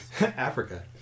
Africa